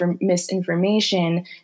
misinformation